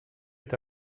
est